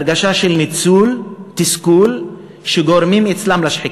הרגשה של ניצול ותסכול, שגורמים אצלם לשחיקה.